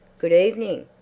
good evening.